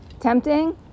tempting